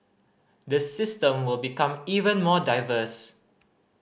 the system will become even more diverse